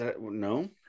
No